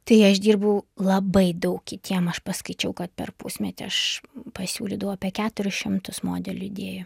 tai aš dirbau labai daug kitiem aš paskaičiau kad per pusmetį aš pasiūlydavau apie keturis šimtus modelių idėjų